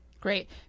Great